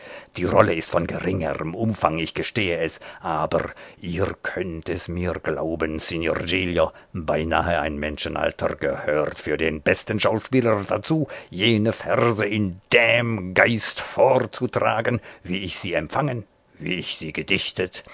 die rolle ist von geringerm umfang ich gestehe es aber ihr könnt es mir glauben signor giglio beinahe ein menschenalter gehört für den besten schauspieler dazu jene verse in dem geist vorzutragen wie ich sie empfangen wie ich sie gedichtet